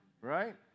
right